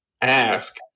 ask